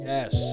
Yes